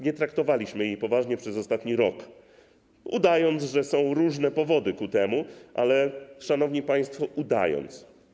Nie traktowaliśmy jej poważnie przez ostatni rok, udając, że są różne ku temu powody - szanowni państwo: udając.